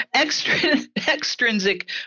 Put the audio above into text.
Extrinsic